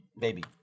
baby